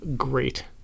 Great